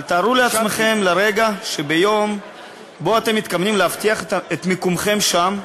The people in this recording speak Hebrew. אבל תארו לעצמכם לרגע שביום שבו אתם מתכוונים להבטיח את מקומכם שם,